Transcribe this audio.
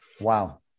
Wow